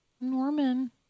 Norman